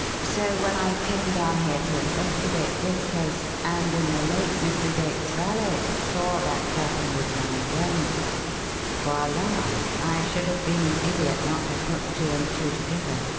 so when i came down here to investigate this case, and in the late mr. drake's valet saw that japanese man again voila! i should have been an idiot not to put two and two together.